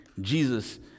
Jesus